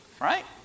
right